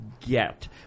get